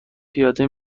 پیاده